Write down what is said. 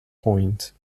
point